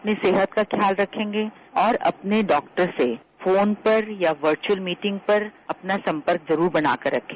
अपनी सेहत का ख्याल रखेंगे और अपने डॉक्टर से फोन पर या वर्चअल मीटिंग पर अपना संपर्क जरूर बनाकर रखें